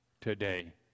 today